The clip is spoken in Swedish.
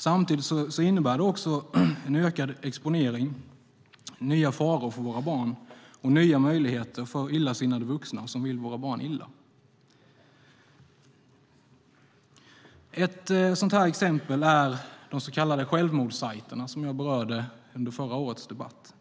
Samtidigt innebär det också en ökad exponering, nya faror för våra barn och nya möjligheter för illasinnade vuxna som vill våra barn illa. Ett exempel är de så kallade självmordssajterna som jag berörde under förra årets debatt,